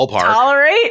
Tolerate